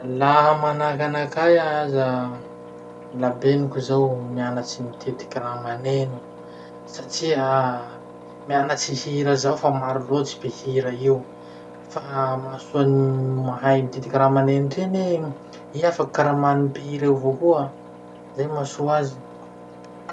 Laha manahaky anakahy aza la benoky zao mianatsy mititiky raha maneno satria mianatsy hira zao fa maro loatsy mpihira io. Fa mahasoa any mahay mititiky raha maneno ty anie, iha afaky karamann'y mpihira io avao koa. Zay mahasoa azy.